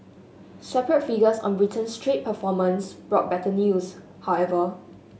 separate figures on Britain's trade performance brought better news however